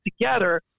together